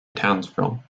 townsville